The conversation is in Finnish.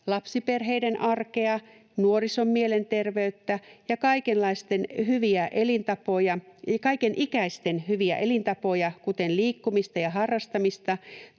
lapsiperheiden arkea, nuorison mielenterveyttä ja kaiken ikäisten hyviä elintapoja, kuten liikkumista ja harrastamista,